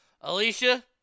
Alicia